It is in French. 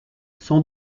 sont